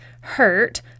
hurt